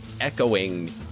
echoing